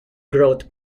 growth